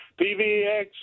PVX